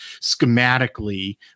schematically